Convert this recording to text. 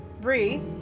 Bree